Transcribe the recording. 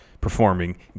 performing